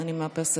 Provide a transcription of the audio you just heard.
אני מאפסת.